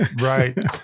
Right